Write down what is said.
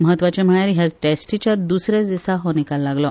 म्हत्वाचें म्हळ्यार ह्या टॅस्टीच्या द्सऱ्या दिसा हो निकाल लागलो